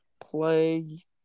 play